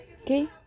Okay